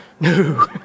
No